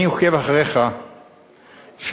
אני עוקב אחריך שנים,